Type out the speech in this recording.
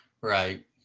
Right